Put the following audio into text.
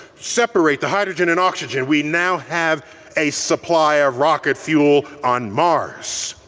separate the hydrogen and oxygen. we now have a supply of rocket fuel on mars.